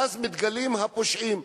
ואז מתגלים הפושעים.